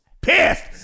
pissed